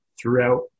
throughout